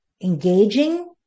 engaging